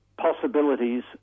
possibilities